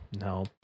no